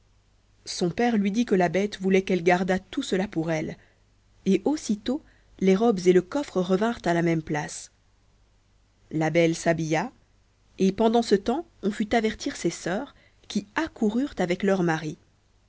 son père lui dit que la bête voulait qu'elle gardât tout cela pour elle et aussitôt les robes et le coffre revinrent à la même place la belle s'habilla et pendant ce temps on fut avertir ses sœurs qui accoururent avec leurs maris